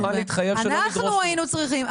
אנחנו היינו צריכים,